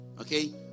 Okay